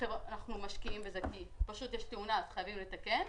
כי יש תאונה וחייבים לתקן.